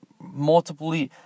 multiple